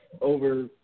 over